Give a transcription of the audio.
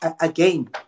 again